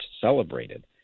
celebrated